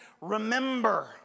Remember